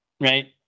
right